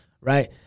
right